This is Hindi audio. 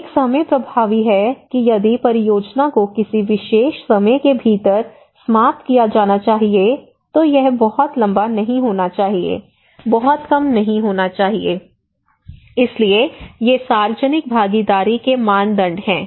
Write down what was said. एक समय प्रभावी है कि यदि परियोजना को किसी विशेष समय के भीतर समाप्त किया जाना चाहिए तो यह बहुत लंबा नहीं होना चाहिए बहुत कम नहीं होना चाहिए इसलिए ये सार्वजनिक भागीदारी के मानदंड हैं